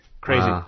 crazy